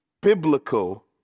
biblical